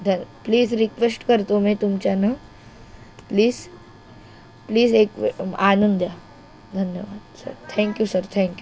ध please request करतो मी तुमच्यानं प्लीज प्लीज एक वेळ आणून द्या धन्यवाद sir thank you sir thank you